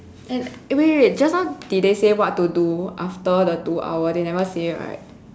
and eh wait wait wait just now did they say what to do after the two hour they never say right